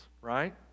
right